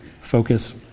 focus